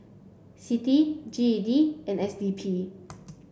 CITI G E D and S D P